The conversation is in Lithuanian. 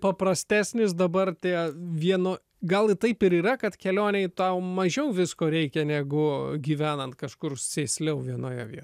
paprastesnis dabar tie vieno gal taip ir yra kad kelionėj tau mažiau visko reikia negu gyvenant kažkur sėsliau vienoje vietoj